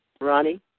Ronnie